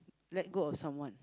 let go of someone